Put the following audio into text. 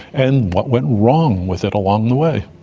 and what went wrong with it along the way.